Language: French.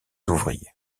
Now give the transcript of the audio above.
ouvriers